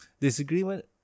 Disagreement